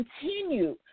continue